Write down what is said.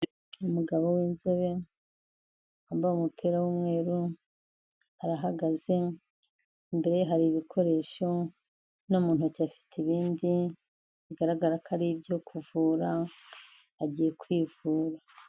Umugabo w'inzobe, wambaye umupira w'umweru, arahagaze, imbere ye hari ibikoresho no mu ntoki afite ibindi, bigaragara ko ari ibyo kuvura, agiye kwivura.